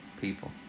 people